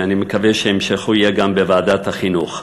ואני מקווה שהמשכו יהיה גם בוועדת החינוך.